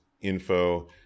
info